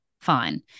fine